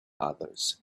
others